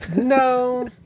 no